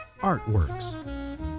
Artworks